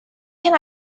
can